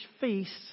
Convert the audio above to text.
feasts